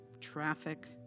traffic